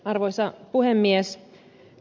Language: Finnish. arvoisa puhemies